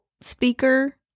speaker